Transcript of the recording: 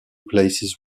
places